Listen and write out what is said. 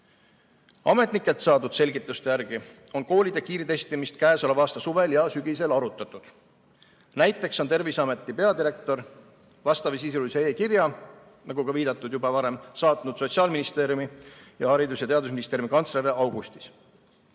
Ametnikelt saadud selgituste järgi on koolide kiirtestimist käesoleva aasta suvel ja sügisel arutatud. Näiteks on Terviseameti peadirektor vastavasisulise e‑kirja, nagu juba varem viidatud, saatnud Sotsiaalministeeriumi ja Haridus‑ ja Teadusministeeriumi kantslerile augustis. Leian,